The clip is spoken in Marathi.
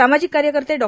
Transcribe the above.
सामाजिक कार्यकर्ते डॉ